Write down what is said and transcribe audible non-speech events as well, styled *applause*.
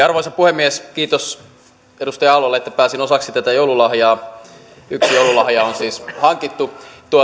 *unintelligible* arvoisa puhemies kiitos edustaja aallolle että pääsin osaksi tätä joululahjaa yksi joululahja on siis hankittu